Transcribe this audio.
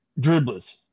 Dribblers